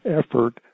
effort